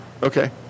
Okay